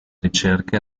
ricerche